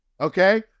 okay